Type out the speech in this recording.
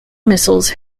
missiles